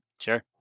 Sure